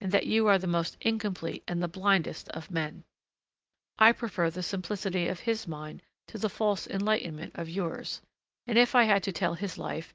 and that you are the most incomplete and the blindest of men i prefer the simplicity of his mind to the false enlightenment of yours and if i had to tell his life,